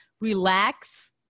relax